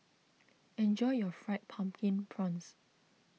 enjoy your Fried Pumpkin Prawns